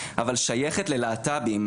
אבל שייכת ללהט"בים.